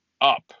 up